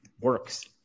works